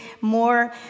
more